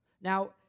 Now